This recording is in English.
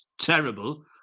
terrible